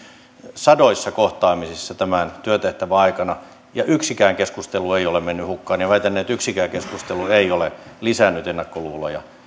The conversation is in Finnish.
sadoissa kohtaamisissa tämän työtehtävän aikana ja yksikään keskustelu ei ole mennyt hukkaan väitän että yksikään keskustelu ei ole lisännyt ennakkoluuloja